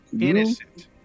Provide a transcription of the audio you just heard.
innocent